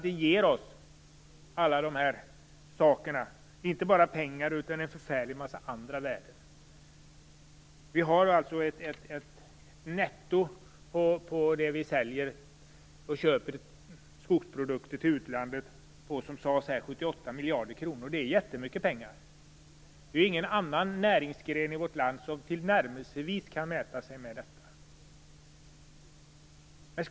Den ger oss inte bara pengar, utan en förfärlig massa andra värden. Vi har alltså ett netto från de skogsprodukter vi säljer till och köper från utlandet på, som det sades, 78 miljarder kronor. Det är jättemycket pengar. Det är ingen annan näringsgren i vårt land som tillnärmelsevis kan mäta sig med detta.